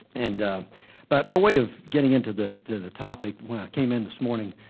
and but by way of getting into the the topic, when i came in this morning,